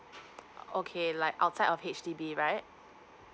okay like outside of H_D_B right